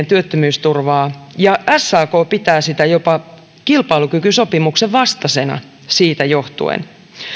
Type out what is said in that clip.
työttömyysturvaa ja sak pitää sitä jopa kilpailukykysopimuksen vastaisena siitä johtuen